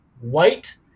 white